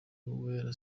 uwera